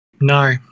No